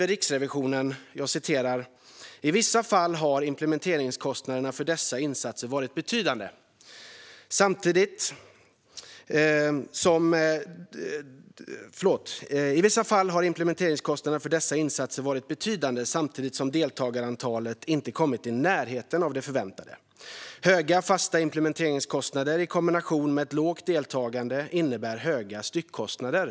Riksrevisionen skriver: "I vissa fall har implementeringskostnaderna för dessa insatser varit betydande samtidigt som deltagarantalet inte kommit i närheten av det förväntade. Höga, fasta implementeringskostnader i kombination med ett lågt deltagande innebär höga styckkostnader."